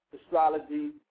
astrology